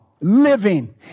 living